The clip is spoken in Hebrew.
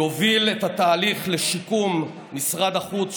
יוביל את התהליך לשיקום משרד החוץ,